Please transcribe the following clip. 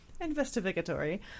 investigatory